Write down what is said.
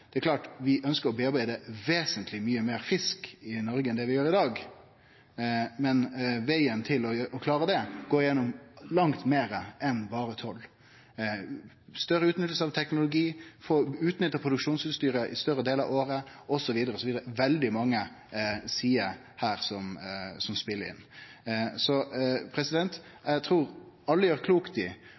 Det er klart at vi ønskjer å tilverke vesentleg meir fisk i Noreg enn det vi gjer i dag, men vegen til å klare det går gjennom langt meir enn berre toll: større utnytting av teknologi, å få utnytta produksjonsutstyret i større delar av året, osv. Det er veldig mange sider her som spelar inn. Så eg trur alle gjer